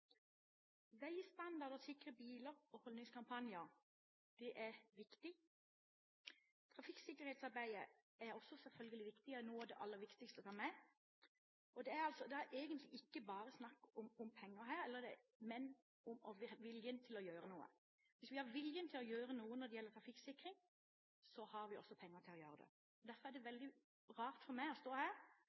sikre biler og holdningskampanjer er viktig. Trafikksikkerhetsarbeidet er selvfølgelig også viktig og noe av det aller viktigste for meg. Det er egentlig ikke bare snakk om penger her, men om viljen til å gjøre noe. Hvis vi har viljen til å gjøre noe når det gjelder trafikksikring, har vi også penger til å gjøre det. Derfor er det veldig rart for meg å stå her